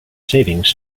savings